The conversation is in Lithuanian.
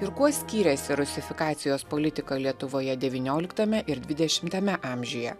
ir kuo skiriasi rusifikacijos politika lietuvoje devynioliktame ir dvidešimtame amžiuje